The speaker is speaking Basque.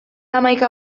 hamaika